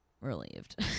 relieved